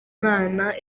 mwana